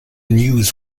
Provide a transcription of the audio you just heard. news